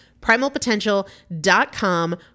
Primalpotential.com